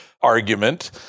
argument